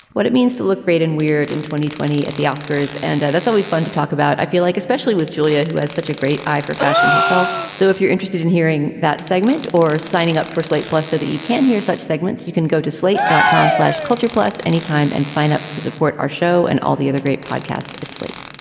what it means to look great and weird in two thousand and twenty twenty at the oscars. and that's always fun to talk about. i feel like especially with julia, who has such a great eye for fashion herself. so if you're interested in hearing that segment or signing up for slate plus so that you can hear such segments, you can go to slate dot com, slash culture plus anytime and sign up to support our show and all the other great podcasts at slate.